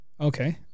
Okay